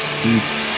peace